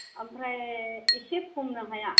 ओमफ्राय एसे खमनो हाया